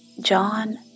John